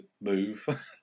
move